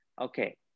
Okay